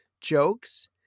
jokes